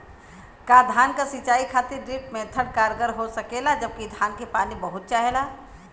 का धान क सिंचाई खातिर ड्रिप मेथड कारगर हो सकेला जबकि धान के पानी बहुत चाहेला?